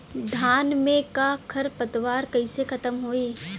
धान में क खर पतवार कईसे खत्म होई?